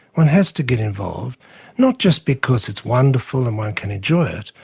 one has to get involved not just because it's wonderful and one can enjoy it,